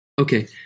Okay